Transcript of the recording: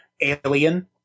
alien